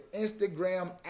Instagram